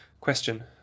Question